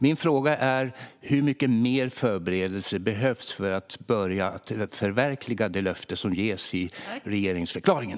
Min fråga är: Hur mycket mer förberedelser behövs för att börja förverkliga det löfte som ges i regeringsförklaringen?